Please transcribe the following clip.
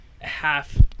half